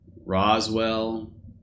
Roswell